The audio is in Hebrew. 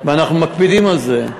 ואנחנו מקפידים על זה.